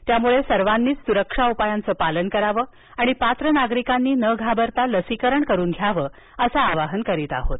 त्यामुळे सर्वांनीच सुरक्षा उपायांचं पालन करावं आणि पात्र नागरिकांनी न घाबरता लसीकरण करून घ्यावं असं आवाहन करत आहोत